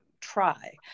try